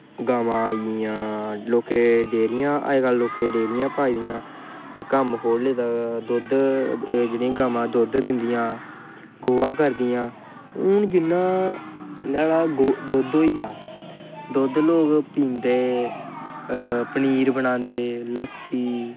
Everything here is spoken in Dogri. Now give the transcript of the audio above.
गवां आई गेई लोकें अजकल्ल डेरियां लोकें डेरियां पाई दियां कम्म खोह्ले दा जेह्ड़ा गवां दुद्ध दिंदियां गोहा करदियां हून जि'यां नोहाड़ा दुद्ध होई गेआ दुद्धलोग पींदे पनीर बनांदे लस्सी